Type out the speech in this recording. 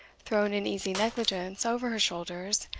thrown in easy negligence over her shoulders,